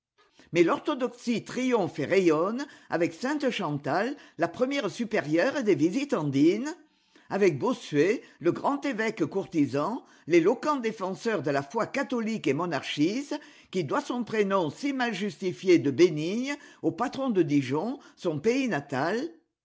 mais l'orthodoxie triomphe et rayonne avec sainte chantai la première supérieure des visitandines avec bossuet le grand évêque courtisan l'éloquent défenseur de la foi catholique et monarchiste qui doit son prénom si mal justifié de bénigne au patron de dijon son pays natal